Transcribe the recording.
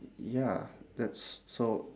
ya that's so